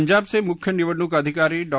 पंजाबचे मुख्य निवडणूक अधिकारी डॉ